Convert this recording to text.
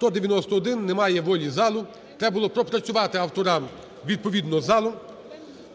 За-191 Немає волі залу, треба було пропрацювати авторам відповідно з залом.